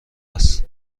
است